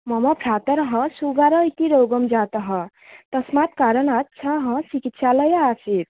मम भ्रातुः सुगार इति रोगः जातः तस्मात् कारणात् सः चिकित्सालये आसीत्